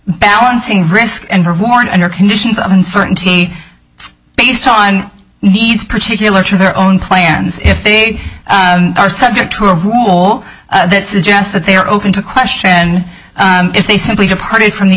balancing risk and reward under conditions of uncertainty based on needs particular to their own plans if they are subject to a rule that suggests that they are open to question and if they simply departed from the